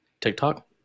TikTok